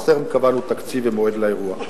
אך טרם קבענו תקציב ומועד לאירוע.